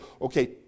okay